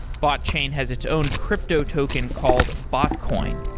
botchain has its own crypto token called botcoin